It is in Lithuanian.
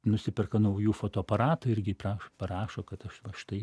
nusiperka naujų fotoaparatų irgi prašo parašo kad aš va štai